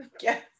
yes